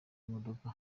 imodoka